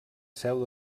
seu